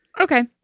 Okay